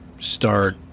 start